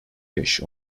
fish